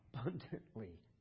abundantly